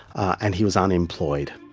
and he was unemployed.